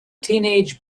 teenage